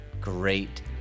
great